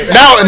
Now